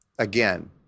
Again